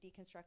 deconstruct